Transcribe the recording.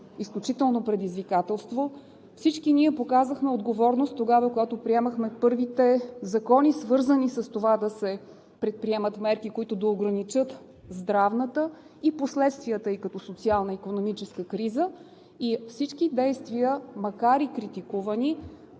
изключително предизвикателство. Всички ние показахме отговорност, когато приемахме първите закони, свързани с това да се предприемат мерки, които да ограничат здравната криза и последствията ѝ като социално-икономическа, и всички действия, макар и критикувани,